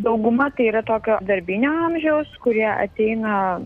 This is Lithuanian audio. dauguma tai yra tokio darbinio amžiaus kurie ateina